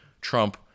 Trump